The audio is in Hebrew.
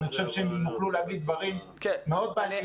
אני חושב שהם יוכלו להגיד דברים מאוד מעניינים.